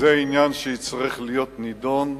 זה עניין שצריך יהיה לדון בו.